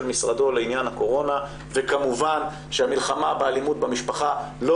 משרדו לעניין הקורונה וכמובן שהמלחמה באלימות במשפחה לא